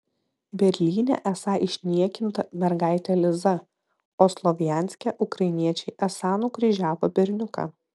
berlyne esą išniekinta mergaitė liza o slovjanske ukrainiečiai esą nukryžiavo berniuką